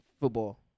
football